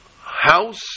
house